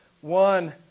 one